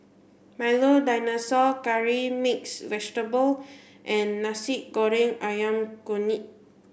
milo dinosaur curry mixed vegetable and Nasi Goreng Ayam Kunyit